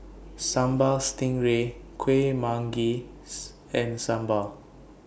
Sambal Stingray Kuih Manggis and Sambal